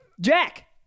Jack